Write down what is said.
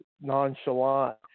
nonchalant